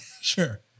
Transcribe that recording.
Sure